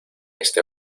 este